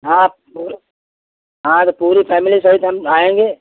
हाँ वह हाँ तो पूरी फैमिली सहित हम आएंगे